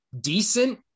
decent